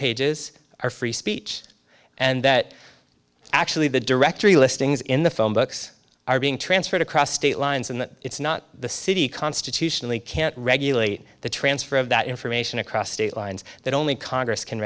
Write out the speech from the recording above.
pages are free speech and that actually the directory listings in the phone books are being transferred across state lines and that it's not the city constitutionally can't regulate the transfer of that information across state lines that only congress can